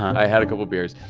i had a couple of beers.